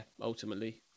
ultimately